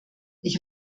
ich